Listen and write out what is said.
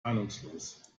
ahnungslos